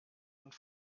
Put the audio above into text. und